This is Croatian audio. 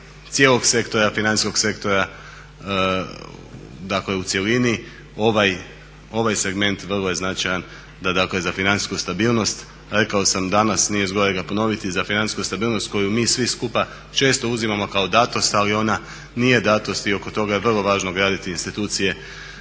cijelog financijskog sektora dakle u cjelini. Ovaj segment vrlo je značajan dakle za financijsku stabilnost, rekao sam danas, nije zgorega ponoviti, za financijsku stabilnost koju mi svi skupa često uzimamo kao datost ali ona nije datost i oko toga je vrlo važno graditi institucije,